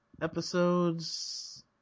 episodes